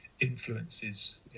influences